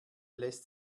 lässt